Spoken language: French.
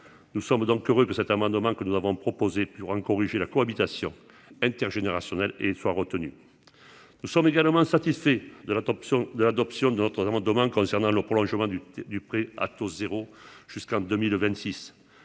nous sommes donc heureux que cet amendement que nous avons proposé pour en corriger la cohabitation intergénérationnelle et soit retenue, nous sommes également satisfaits de la tempe sont de l'adoption de l'entraînement demain concernant le prolongement du du prêt à taux zéro jusqu'en 2026